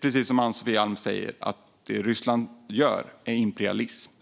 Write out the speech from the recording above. Precis som Ann-Sofie Alm säger är det tydligt att det Ryssland gör handlar om imperialism.